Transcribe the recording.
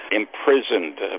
imprisoned